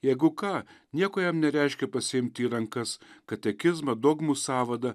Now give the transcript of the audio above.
jeigu ką nieko jam nereiškia pasiimti į rankas katekizmą dogmų sąvadą